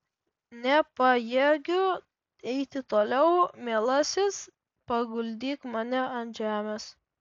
nepajėgiu eiti toliau mielasis paguldyk mane ant žemės